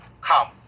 come